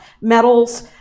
metals